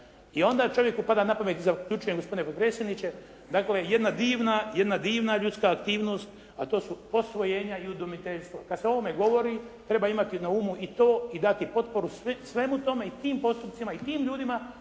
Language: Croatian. I onda čovjeku pada na pamet i zaključujem gospodine potpredsjedniče, dakle jedna divna ljudska aktivnost a to su posvojenja i udomiteljstvo. Kad se o ovome govori treba imati na umu i to i dati potporu svemu tome i tim postupcima i tim ljudima